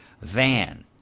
van